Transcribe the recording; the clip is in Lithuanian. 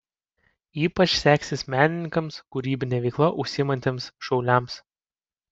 ypač seksis menininkams kūrybine veikla užsiimantiems šauliams